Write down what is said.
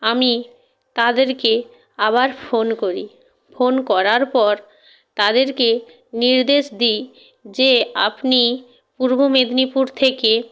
আমি তাদেরকে আবার ফোন করি ফোন করার পর তাদেরকে নির্দেশ দিই যে আপনি পূর্ব মেদিনীপুর থেকে